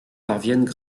parviennent